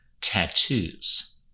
tattoos